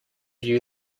you